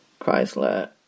Chrysler